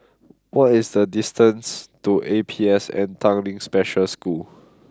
what is the distance to A P S N Tanglin Special School